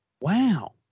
Wow